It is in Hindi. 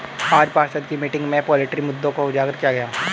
आज पार्षद की मीटिंग में पोल्ट्री मुद्दों को उजागर किया गया